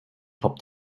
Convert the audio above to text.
top